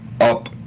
up